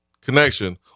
connection